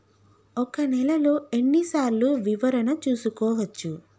ఒక నెలలో ఎన్ని సార్లు వివరణ చూసుకోవచ్చు?